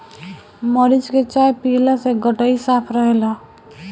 मरीच के चाय पियला से गटई साफ़ रहेला